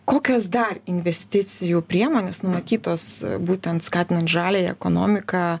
kokios dar investicijų priemonės numatytos būtent skatinant žaliąją ekonomiką